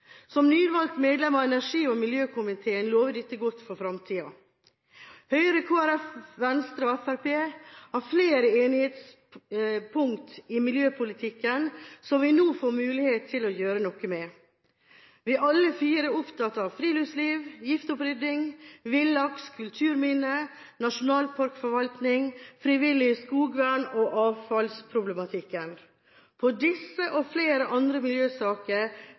Som nyvalgt medlem av energi- og miljøkomiteen vil jeg si at dette lover godt for fremtiden. Høyre, Kristelig Folkeparti, Venstre og Fremskrittspartiet har flere enighetspunkt i miljøpolitikken som vi nå får mulighet til å gjøre noe med. Vi er alle fire opptatt av friluftsliv, giftopprydding, villaks, kulturminner, nasjonalparkforvaltning, frivillig skogvern og avfallsproblematikk. I disse og flere andre miljøsaker